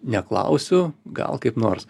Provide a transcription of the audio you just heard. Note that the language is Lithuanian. neklausiu gal kaip nors